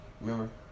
Remember